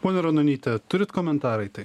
ponia ranonyte turit komentarą į tai